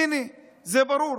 הינה, זה ברור.